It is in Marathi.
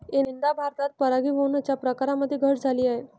यंदा भारतात परागीभवनाच्या प्रकारांमध्ये घट झाली आहे